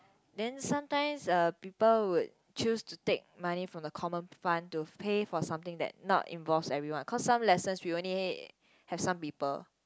then sometimes uh people would choose to take money from the common fund to pay for something that not involved everyone cause some lessons we only had had some people